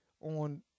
on